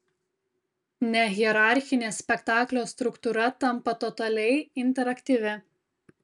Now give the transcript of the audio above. nehierarchinė spektaklio struktūra tampa totaliai interaktyvi